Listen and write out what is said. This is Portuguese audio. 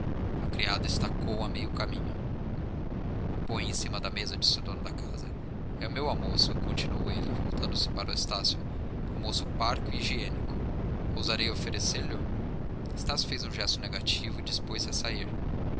a criada estacou a meio caminho põe em cima da mesa disse o dono da casa é o meu almoço continuou ele voltando-se para estácio almoço parco e higiênico ousarei oferecer lho estácio fez um gesto negativo e dispôs-se a sair